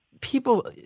people